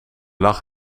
lag